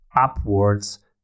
upwards